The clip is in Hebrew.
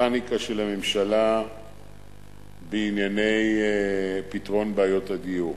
הפניקה של הממשלה בענייני פתרון בעיות הדיור: